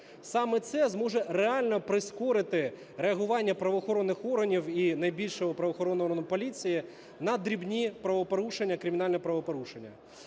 Саме це зможе реально прискорити реагування правоохоронних органів і найбільшого правоохоронного органу – поліції на дрібні правопорушення, кримінальні правопорушення.